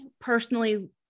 personally